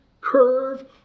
curve